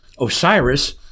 Osiris